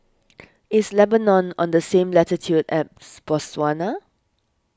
is Lebanon on the same latitude as Botswana